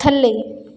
ਥੱਲੇ